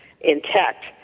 intact